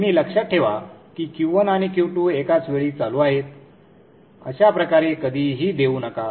नेहमी लक्षात ठेवा की Q1 आणि Q2 एकाच वेळी चालू आहेत अशा प्रकारे कधीही देऊ नका